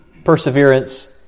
Perseverance